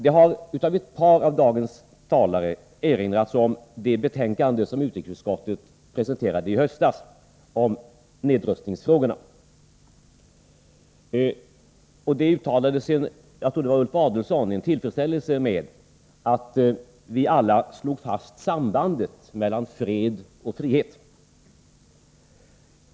Ett par av dagens talare har erinrat om det betänkande om nedrustningsfrågorna som utrikesutskottet presenterade i höstas. Jag tror att det var Ulf Adelsohn som därvid uttalade sin tillfredsställelse med att vi alla slog fast sambandet mellan fred och frihet.